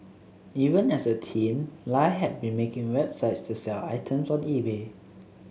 even as a teen Lie had been making websites to sell items on eBay